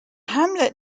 hamlet